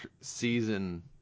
season